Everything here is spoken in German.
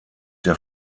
der